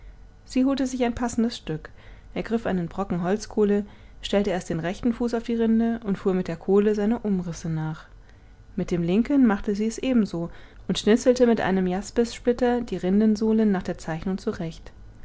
sie holte sich ein passendes stück ergriff einen brocken holzkohle stellte erst den rechten fuß auf die rinde und fuhr mit der kohle seine umrisse nach mit dem linken machte sie es ebenso und schnitzelte mit einem jaspissplitter die rindensohlen nach der zeichnung zurecht